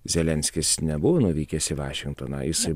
zelenskis nebuvo nuvykęs į vašingtoną jisai